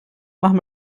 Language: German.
machen